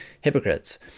hypocrites